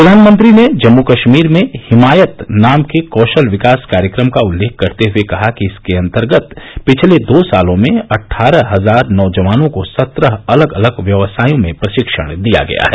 प्रधानमंत्री ने जम्मू कश्मीर में हिमायत नाम के कौशल विकास कार्यक्रम का उल्लेख करते हुए कहा कि इसके अंतर्गत पिछले दो सालों में अठारह हजार नौजवानों को सत्रह अलग अलग व्यवसायों में प्रशिक्षण दिया गया है